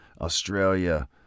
Australia